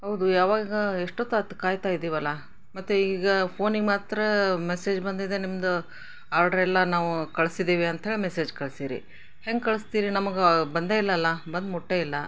ಹೌದು ಯಾವಾಗ ಎಷ್ಟೊತ್ತಾಯ್ತ್ ಕಾಯ್ತಾ ಇದ್ದೀವಲ್ಲ ಮತ್ತೆ ಈಗ ಫೋನಿಗೆ ಮಾತ್ರ ಮೆಸೇಜ್ ಬಂದಿದೆ ನಿಮ್ಮದು ಆರ್ಡ್ರೆಲ್ಲ ನಾವು ಕಳಿಸಿದ್ದೀವಿ ಅಂತ ಹೇಳಿ ಮೆಸೇಜ್ ಕಳ್ಸೀರಿ ಹೆಂಗೆ ಕಳಿಸ್ತೀರಿ ನಮ್ಗೆ ಬಂದೇ ಇಲ್ವಲ್ಲ ಬಂದು ಮುಟ್ಟೇ ಇಲ್ಲ